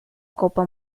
copa